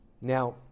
Now